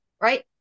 right